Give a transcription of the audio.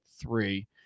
three